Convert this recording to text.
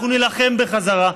אנחנו נילחם בחזרה.